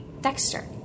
Dexter